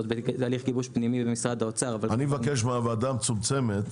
זה הליך גיבוש פנימי במשרד האוצר- -- אני מבקש מהוועדה המצומצמת